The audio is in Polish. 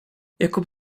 jakub